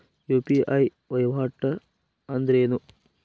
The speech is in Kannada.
ಯು.ಪಿ.ಐ ವಹಿವಾಟ್ ಅಂದ್ರೇನು?